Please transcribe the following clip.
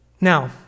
Now